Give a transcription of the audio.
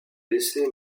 laisser